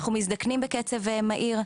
אנחנו מזדקנים בקצב מהיר,